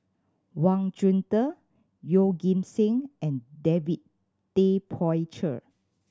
Wang Chunde Yeoh Ghim Seng and David Tay Poey Cher